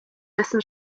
dessen